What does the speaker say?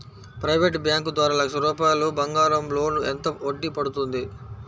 Private bank ద్వారా లక్ష రూపాయలు బంగారం లోన్ ఎంత వడ్డీ పడుతుంది?